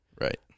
Right